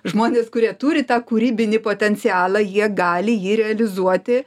žmonės kurie turi tą kūrybinį potencialą jie gali jį realizuoti